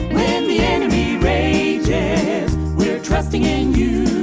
when the enemy rages we're trusting in you